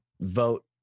vote